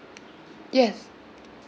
yes